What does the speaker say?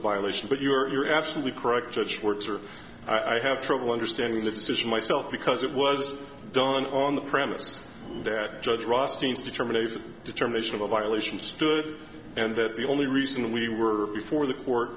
a violation but you're absolutely correct which works or i have trouble understanding the decision myself because it was done on the premise that judge ross teams determine a determination of a violation stood and that the only reason we were before the court